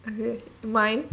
okay mine